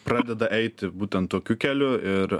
pradeda eiti būtent tokiu keliu ir